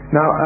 Now